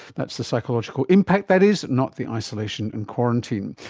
that's the psychological impact that is, not the isolation and quarantine.